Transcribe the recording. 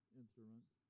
instruments